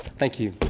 thank you.